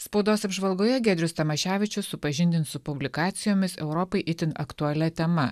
spaudos apžvalgoje giedrius tamaševičius supažindins su publikacijomis europai itin aktualia tema